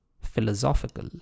philosophical